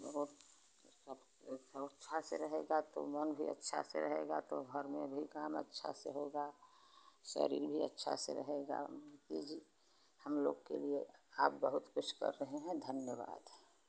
और अच्छा से रहेगा तो मन भी अच्छा से रहेगा तो घर में भी काम अच्छा से होगा शरीर भी अच्छा से रहेगा हम लोग के लिए आप बहुत कुछ कर रहें हैं धन्यवाद